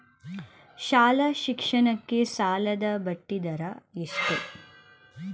ಶಾಲಾ ಶಿಕ್ಷಣಕ್ಕೆ ಸಾಲದ ಬಡ್ಡಿದರ ಎಷ್ಟು?